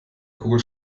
kugel